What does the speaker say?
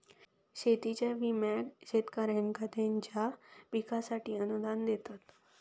शेतीच्या विम्याक शेतकऱ्यांका त्यांच्या पिकांसाठी अनुदान देतत